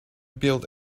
build